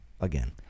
again